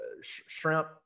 shrimp